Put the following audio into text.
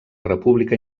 república